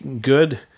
good